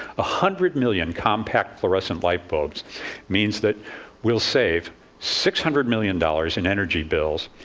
hundred million compact fluorescent light bulbs means that we'll save six hundred million dollars in energy bills,